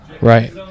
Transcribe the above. Right